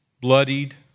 bloodied